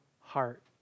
heart